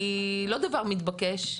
היא לא דבר מתבקש,